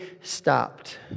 stopped